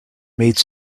made